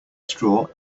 straw